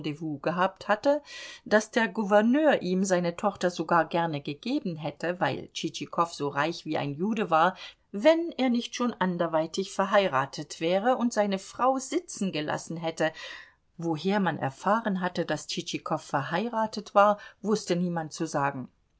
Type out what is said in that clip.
gehabt hatte daß der gouverneur ihm seine tochter sogar gerne gegeben hätte weil tschitschikow so reich wie ein jude war wenn er nicht schon anderweitig verheiratet wäre und seine frau sitzen gelassen hätte woher man erfahren hatte daß tschitschikow verheiratet war wußte niemand zu sagen